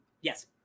Yes